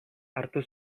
hartu